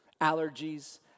Allergies